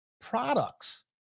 products